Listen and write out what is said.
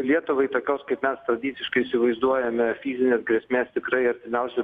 lietuvai tokios kaip mes tradiciškai įsivaizduojame fizinės grėsmės tikrai artimiausiu